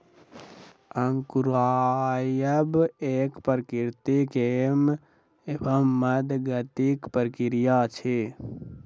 अंकुरायब एक प्राकृतिक एवं मंद गतिक प्रक्रिया अछि